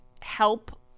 help